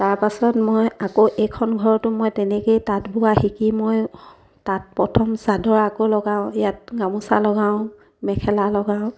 তাৰপাছত মই আকৌ এইখন ঘৰতো মই তেনেকেই তাঁত বোৱা শিকি মই তাঁত প্ৰথম চাদৰ আকৌ লগাওঁ ইয়াত গামোচা লগাওঁ মেখেলা লগাওঁ